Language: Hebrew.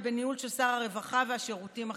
בניהול של שר הרווחה והשירותים החברתיים,